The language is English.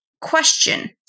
Question